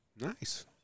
Nice